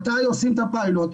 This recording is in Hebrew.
מתי עושים את הפיילוט,